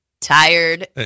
tired